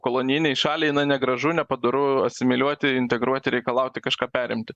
kolonijinei šaliai na negražu nepadoru asimiliuoti integruoti reikalauti kažką perimti